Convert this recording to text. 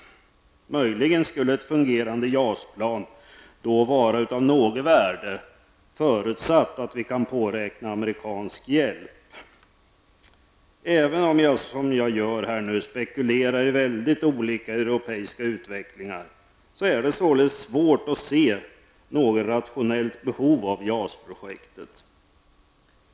Möjligen skulle ett fungerande JAS-plan då vara av något värde förutsatt att vi kan påräkna amerikansk hjälp. Även om man, som jag gör här, spekulerar i många olika europeiska utvecklingar är det svårt att se något rationellt behov av JAS.